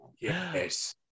Yes